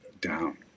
down